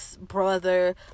brother